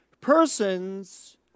Persons